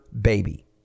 baby